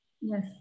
Yes